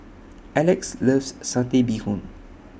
Elex loves Satay Bee Hoon